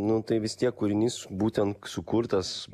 nu tai vis tiek kūrinys būtent sukurtas